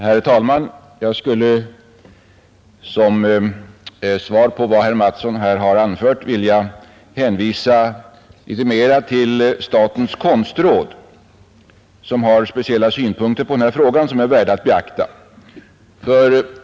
Herr talman! Jag skulle som svar på vad herr Mattsson i Lane-Herrestad här har anfört vilja hänvisa ytterligare något till statens konstråd, som har speciella synpunkter på denna fråga vilka är värda att beakta.